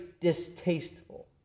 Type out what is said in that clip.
distasteful